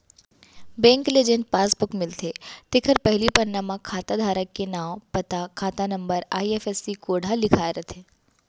bank ले जेन passbook मिलथे तेखर पहिली पन्ना म खाता धारक के नांव, पता, खाता नंबर, आई.एफ.एस.सी कोड ह लिखाए रथे